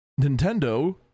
Nintendo